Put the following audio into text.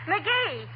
McGee